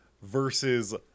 Versus